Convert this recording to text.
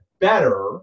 better